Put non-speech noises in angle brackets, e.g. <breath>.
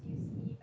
<breath>